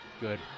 good